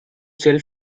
chill